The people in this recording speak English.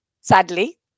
Sadly